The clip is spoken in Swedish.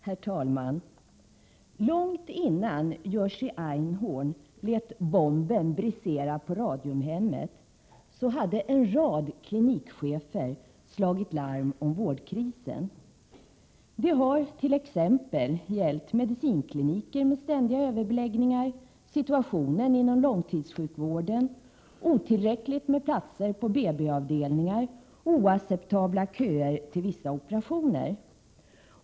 Herr talman! Långt innan Jerzy Einhorn lät bomben brisera på Radiumhemmet hade en rad klinikchefer slagit larm om vårdkrisen. Det har t.ex. gällt medicinkliniker med ständiga överbeläggningar, situationen inom långtidssjukvården, otillräckligt med platser på BB-avdelningar och oacceptabla köer till vissa operationer.